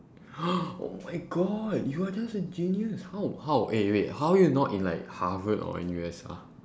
oh my god you're just a genius how how eh wait how are you not in like harvard or N_U_S ah